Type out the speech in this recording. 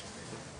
הטרומית.